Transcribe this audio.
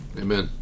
Amen